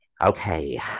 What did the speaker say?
okay